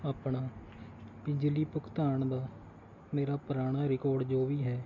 ਆਪਣਾ ਬਿਜਲੀ ਭੁਗਤਾਨ ਦਾ ਮੇਰਾ ਪੁਰਾਣਾ ਰਿਕਾਰਡ ਜੋ ਵੀ ਹੈ